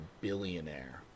billionaire